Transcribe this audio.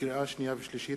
לקריאה שנייה ולקריאה שלישית,